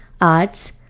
arts